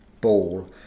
ball